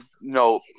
no